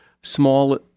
small